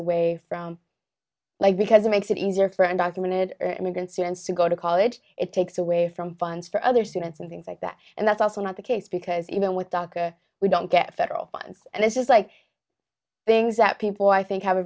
away from like because it makes it easier for undocumented immigrant students to go to college it takes away from funds for other students and things like that and that's also not the case because even with dhaka we don't get federal funds and this is like things that people i think have a